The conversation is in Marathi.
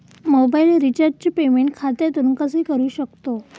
मोबाइल रिचार्जचे पेमेंट खात्यातून कसे करू शकतो?